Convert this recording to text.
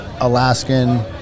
Alaskan